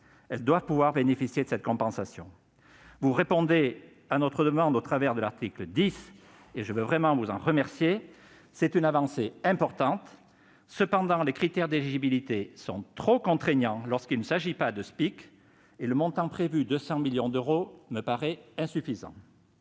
communes doivent pouvoir bénéficier de cette compensation. Vous répondez à notre demande au travers de l'article 10 : je tiens à vous en remercier, car c'est une avancée importante. Cependant, les critères d'éligibilité sont trop contraignants lorsqu'il ne s'agit pas de SPIC, et le montant prévu, de 200 millions d'euros, me paraît insuffisant.